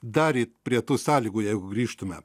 daryti prie tų sąlygų jeigu grįžtumėme